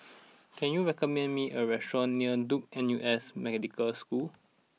can you recommend me a restaurant near Duke N U S Medical School